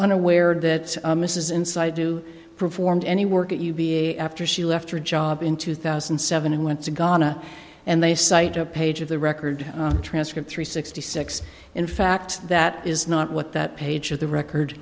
unaware that mrs inside do performed any work at uva after she left her job in two thousand and seven and went to ghana and they cite a page of the record transcript three sixty six in fact that is not what that page of the record